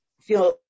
feel